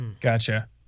Gotcha